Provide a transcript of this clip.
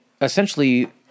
essentially